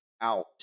out